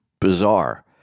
bizarre